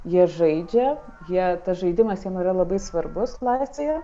jie žaidžia jie tas žaidimas jiem yra labai svarbus laisvėje